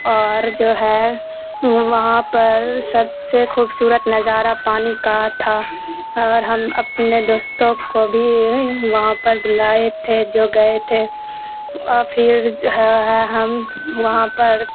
اور جو ہے وہاں پر سب سے خوبصورت نظارہ پانی کا تھا اور ہم اپنے دوستوں کو بھی وہاں پر بلائے تھے جو گئے تھے اور پھر جو ہے ہم وہاں پر